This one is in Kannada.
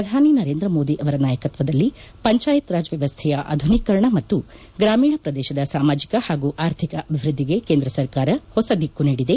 ಪ್ರಧಾನಿ ನರೇಂದ್ರ ಮೋದಿ ಅವರ ನಾಯಕತ್ವದಲ್ಲಿ ಪಂಚಾಯತ್ ರಾಜ್ ವ್ಯವಸ್ಥೆಯ ಆಧುನೀಕರಣ ಮತ್ತು ಗ್ರಾಮೀಣ ಪ್ರದೇಶದ ಸಾಮಾಜಿಕ ಹಾಗೂ ಆರ್ಥಿಕ ಅಭಿವೃದ್ಧಿಗೆ ಕೇಂದ್ರ ಸರ್ಕಾರ ಹೊಸ ದಿಕ್ಕು ನೀಡಿದೆ